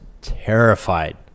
terrified